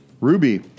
Ruby